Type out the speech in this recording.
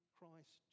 Christ